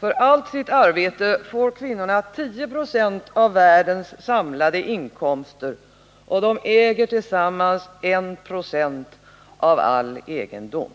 För allt sitt arbete får kvinnorna 10 96 av världens samlade inkomster, och de äger tillsammans 1 20 av all egendom.